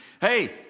Hey